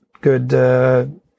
good